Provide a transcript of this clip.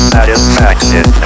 Satisfaction